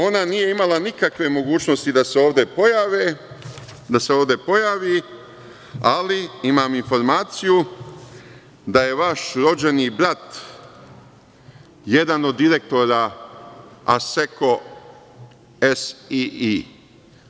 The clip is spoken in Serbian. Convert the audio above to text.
Ona nije imala nikakve mogućnosti da se ovde pojavi, ali imam informaciju da je vaš rođeni brat jedan od direktora „Asseco SEE“